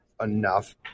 enough